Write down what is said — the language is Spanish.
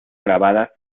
grabadas